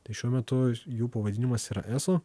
tai šiuo metu jų pavadinimas yra eso